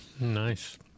Nice